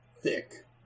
thick